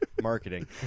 marketing